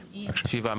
שבעה.